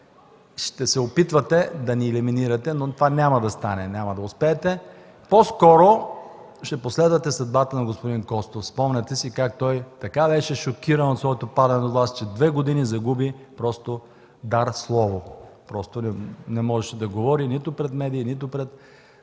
Ще се опитвате да ни елиминирате, но това няма да стане, няма да успеете! По-скоро ще последвате съдбата на господин Костов. Спомняте си, че той беше така шокиран от своето падане от власт, че две години просто загуби дар слово – не можеше да говори нито пред медии, нито пред